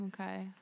okay